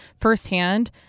firsthand